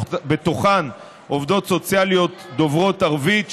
ובהן עובדות סוציאליות דוברות ערבית,